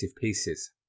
pieces